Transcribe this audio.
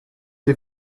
die